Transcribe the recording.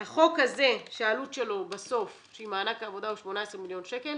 החוק הזה שהעלות שלו 18 מיליון שקל